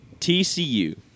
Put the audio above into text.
TCU